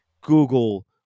Google